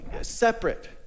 separate